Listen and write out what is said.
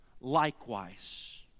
likewise